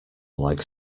like